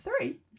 three